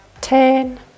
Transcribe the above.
ten